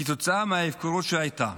כתוצאה מההפקרות שהייתה,